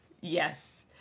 Yes